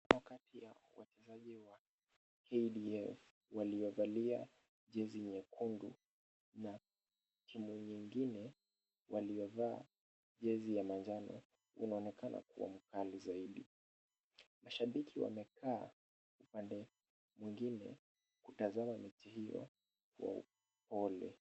Wakati ya wachezaji wa KDF waliovalia jezi nyekundu na timu nyingine waliovaa jezi ya manjano unaonekana kuwa mkali zaidi. Mashabiki wamekaa upande mwingine kutazama mechi hiyo kwa upole.